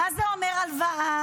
מה זה אומר הלוואה,